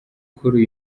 kuri